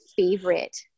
favorite